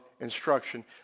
instruction